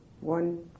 one